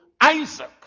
isaac